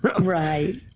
Right